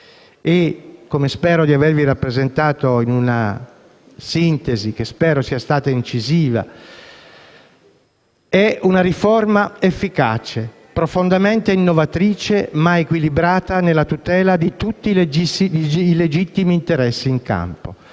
Come spero di avervi rappresentato in una sintesi incisiva, si tratta di una riforma efficace, profondamente innovatrice, ma equilibrata nella tutela di tutti i legittimi interessi in campo.